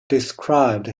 described